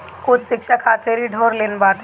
उच्च शिक्षा खातिर इ लोन ढेर लेत बाटे